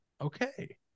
Okay